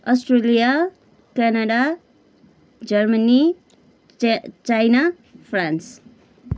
Australia Canada Germany चय China France